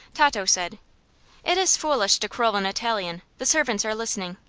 tato said it is foolish to quarrel in italian. the servants are listening.